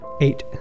Eight